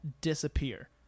disappear